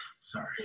Sorry